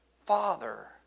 father